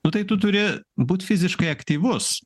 nu tai tu turi būt fiziškai aktyvus